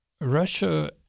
Russia